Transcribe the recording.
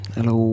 Hello